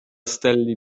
stelli